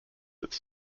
its